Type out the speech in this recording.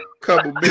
couple